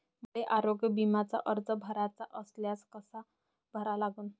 मले आरोग्य बिम्याचा अर्ज भराचा असल्यास कसा भरा लागन?